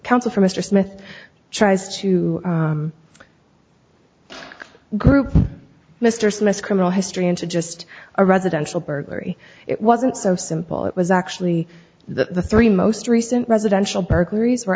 counsel for mr smith tries to group mr smith's criminal history into just a residential burglary it wasn't so simple it was actually that the three most recent residential burglaries were